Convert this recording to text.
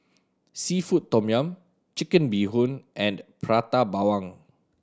seafood tom yum Chicken Bee Hoon and Prata Bawang